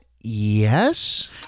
yes